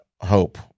hope